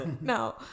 No